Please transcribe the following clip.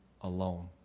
alone